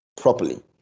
properly